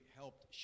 helped